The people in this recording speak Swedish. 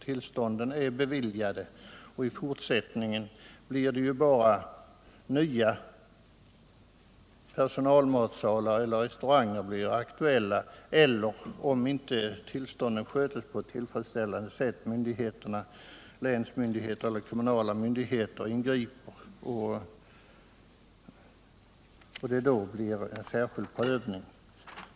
Tillstånden är beviljade, och i fortsättningen blir det bara särskild prövning för nya personalmatsalar eller restauranger som ansöker om scrveringstillstånd eller i de fall där tillstånden inte skötts på ett tillfredsställande sätt, då länsmyndigheter eller kommunala myndigheter griper in.